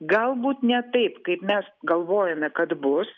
galbūt ne taip kaip mes galvojome kad bus